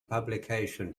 publication